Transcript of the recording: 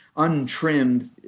untrimmed,